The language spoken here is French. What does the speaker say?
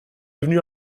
devenus